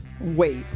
wait